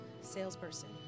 salesperson